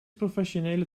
professionele